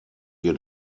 wir